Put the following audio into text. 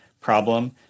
problem